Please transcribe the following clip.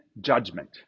judgment